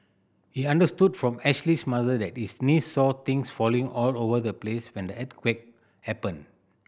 he understood from Ashley's mother that his niece saw things falling all over the place when the earthquake happened